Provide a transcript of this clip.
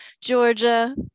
Georgia